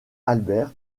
albert